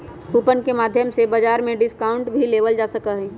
coupon के माध्यम से बाजार में डिस्काउंट भी लेबल जा सका हई